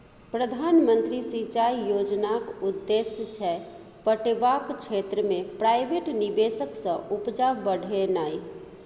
प्रधानमंत्री सिंचाई योजनाक उद्देश्य छै पटेबाक क्षेत्र मे प्राइवेट निबेश सँ उपजा बढ़ेनाइ